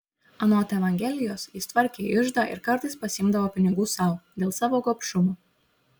anot evangelijos jis tvarkė iždą ir kartais pasiimdavo pinigų sau dėl savo gobšumo